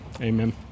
amen